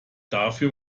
dafür